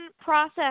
process